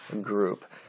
group